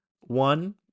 One